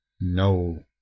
no